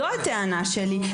זו הטענה שלי,